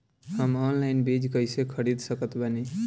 हम ऑनलाइन बीज कइसे खरीद सकत बानी?